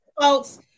folks